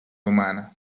humana